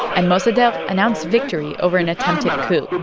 and mossadegh announced victory over an attempted coup